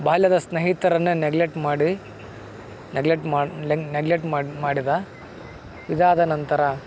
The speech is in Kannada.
ಬಾಲ್ಯದ ಸ್ನೇಹಿತರನ್ನೇ ನೆಗ್ಲೆಟ್ ಮಾಡಿ ನೆಗ್ಲೆಟ್ ಮಾಡಿ ನೆಗ್ಲೆಟ್ ಮಾಡಿ ಮಾಡಿದ ಇದಾದ ನಂತರ